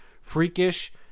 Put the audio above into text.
freakish –